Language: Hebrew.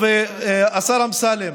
טוב, אז השר אמסלם,